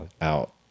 out